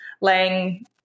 laying